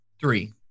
Three